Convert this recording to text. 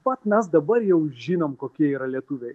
vat mes dabar jau žinom kokie yra lietuviai